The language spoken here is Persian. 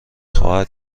خواهد